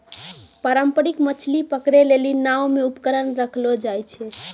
पारंपरिक मछली पकड़ै लेली नांव मे उपकरण रखलो जाय छै